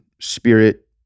spirit